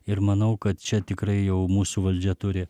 ir manau kad čia tikrai jau mūsų valdžia turi